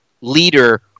leader